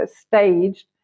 staged